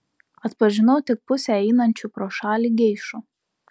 atpažinau tik pusę einančių pro šalį geišų